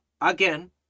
again